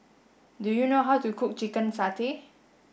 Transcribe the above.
do you know how to cook chicken satay